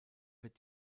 wird